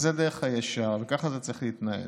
זה דרך הישר וככה זה צריך להתנהל: